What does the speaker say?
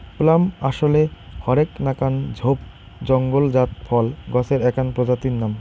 plum আশলে হরেক নাকান ঝোপ জঙলজাত ফল গছের এ্যাকনা প্রজাতির নাম